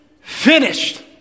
finished